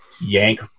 yank